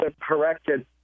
corrected